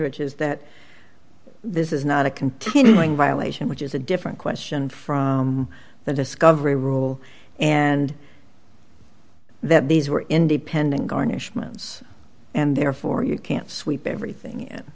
mandrake is that this is not a continuing violation which is a different question from the discovery rule and that these were independent garnishments and therefore you can't sweep everything